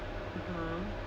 (uh huh)